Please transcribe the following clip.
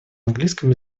английском